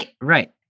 Right